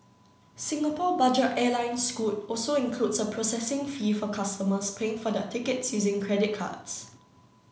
Singapore budget airline Scoot also includes a processing fee for customers paying for their tickets using credit cards